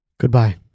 Goodbye